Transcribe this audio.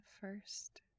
first